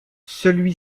celui